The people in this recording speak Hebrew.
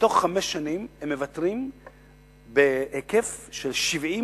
בתוך חמש שנים הם מוותרים בהיקף של 70